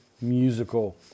Musical